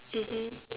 mmhmm